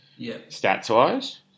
stats-wise